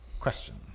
question